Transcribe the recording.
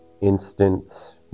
instant